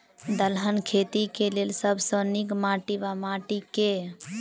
दलहन खेती केँ लेल सब सऽ नीक माटि वा माटि केँ?